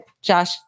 josh